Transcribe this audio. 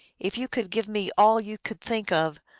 if you could give me all you could think of,